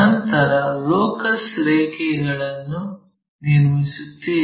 ನಂತರ ಲೋಕಸ್ ರೇಖೆಗಳನ್ನು ನಿರ್ಮಿಸುತ್ತೇವೆ